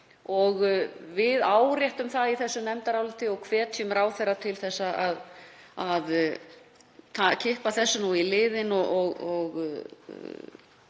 Við áréttum það í þessu nefndaráliti og hvetjum ráðherra til að kippa því í liðinn og